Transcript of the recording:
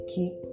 Keep